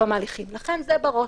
מיוחדת.